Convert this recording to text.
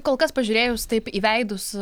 kol kas pažiūrėjus taip į veidus